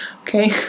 okay